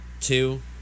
two